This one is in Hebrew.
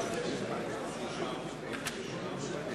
היתה לכם הזדמנות.